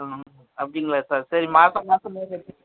ம் அப்படிங்களா சார் சரி மாதம் மாதமே கட்டு